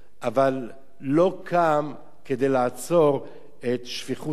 אבל לא קם כדי לעצור את שפיכות הדמים.